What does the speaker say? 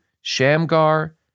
Shamgar